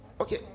Okay